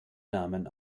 namen